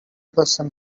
person